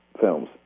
films